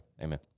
Amen